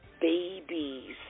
babies